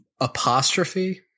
apostrophe